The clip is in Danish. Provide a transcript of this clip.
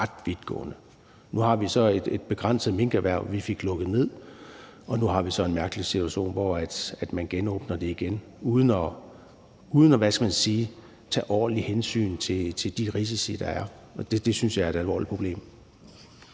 Nu har vi så et begrænset minkerhverv – vi fik lukket ned – og nu har vi så en mærkelig situation, hvor man genåbner det uden årligt at tage hensyn til de risici, der er. Og det synes jeg er et alvorligt problem.